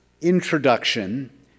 introduction